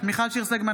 מיכל שיר סגמן,